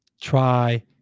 try